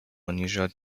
unusual